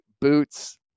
boots